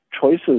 choices